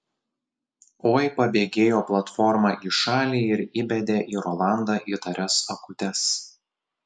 oi pabėgėjo platforma į šalį ir įbedė į rolandą įtarias akutes